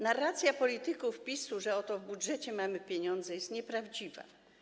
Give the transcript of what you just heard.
Narracja polityków PiS-u, że oto w budżecie mamy pieniądze, jest nieprawdziwa.